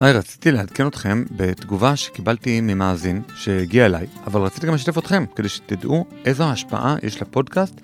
היי, רציתי לעדכן אתכם בתגובה שקיבלתי ממאזין שהגיעה אליי, אבל רציתי גם לשתף אתכם כדי שתדעו איזו ההשפעה יש לפודקאסט.